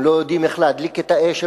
הם לא יודעים איך להדליק את האש,